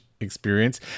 experience